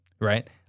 Right